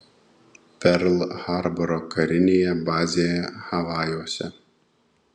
perl harboro karinėje bazėje havajuose